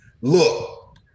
look